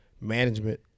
management